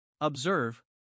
Observe